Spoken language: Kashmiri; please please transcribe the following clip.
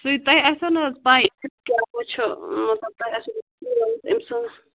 سُے تۄہہِ آسٮ۪وٕ نہَ حَظ پےَ کٮُ۪تھ چھُ مطلب تۄہہِ آسٮ۪و أمۍ سٕنٛز